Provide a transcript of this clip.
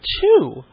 two